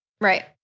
right